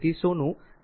તેથી સોનું 2